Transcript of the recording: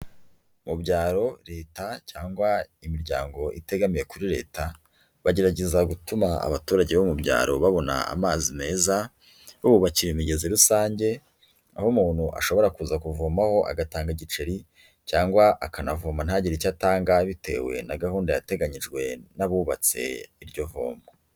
Mu byaro leta cyangwa imiryango itegamiye kuri leta, bagerageza gutuma abaturage bo mu byaro babona amazi meza, bubakira imigezi rusange, aho umuntu ashobora kuza kuvomaho agatanga igiceri cyangwa akanavoma ntagire icyo atanga bitewe na gahunda yateganyijwe n'abubatse iryo vomo.